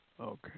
Okay